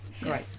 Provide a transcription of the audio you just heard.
Great